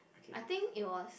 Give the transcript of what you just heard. I think it was